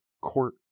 court